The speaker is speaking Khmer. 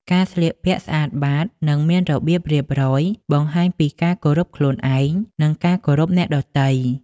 ការស្លៀកពាក់ស្អាតបាត និងមានរបៀបរៀបរយបង្ហាញពីការគោរពខ្លួនឯង និងការគោរពអ្នកដទៃ។